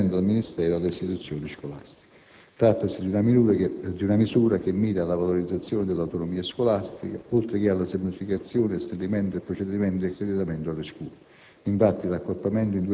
e sono assegnati direttamente dal Ministero alle istituzioni scolastiche. Trattasi di una misura che mira alla valorizzazione dell'autonomia scolastica, oltre che alla semplificazione e snellimento del procedimento di accreditamento alle scuole.